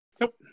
Nope